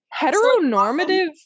Heteronormative